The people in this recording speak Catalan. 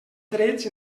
drets